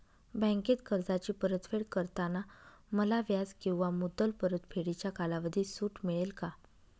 बँकेत कर्जाची परतफेड करताना मला व्याज किंवा मुद्दल परतफेडीच्या कालावधीत सूट मिळेल का?